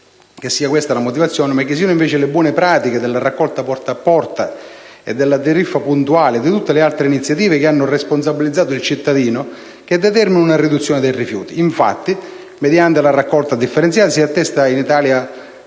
che sia questa la motivazione e pensiamo, invece, che siano state le buone pratiche della raccolta porta a porta, della tariffa puntuale e di tutte le altre iniziative che hanno responsabilizzato il cittadino a determinare una riduzione dei rifiuti. Infatti, mediamente, la raccolta differenziata si attesta in Italia